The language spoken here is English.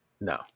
no